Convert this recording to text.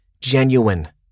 genuine